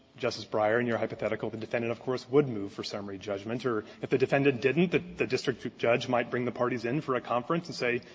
justice breyer, in your hypothetical, the defendant, of course, would move for summary judgment. or if the defendant didn't, the the district judge might bring the parties in for a conference and say,